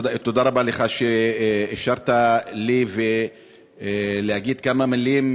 תודה רבה לך שאישרת לי להגיד כמה מילים